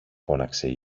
φώναξε